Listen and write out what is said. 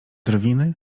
drwiny